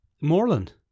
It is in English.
Moreland